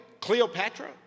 Cleopatra